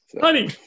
honey